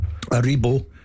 Aribo